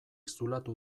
zulatu